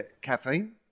Caffeine